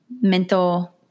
mental